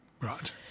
Right